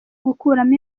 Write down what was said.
gukuramo